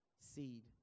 seed